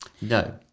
No